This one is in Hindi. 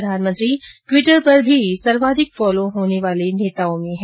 प्रधानमंत्री ट्वीटर पर भी सर्वाधिक फॉलो होने वाले नेताओं में हैं